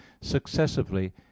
successively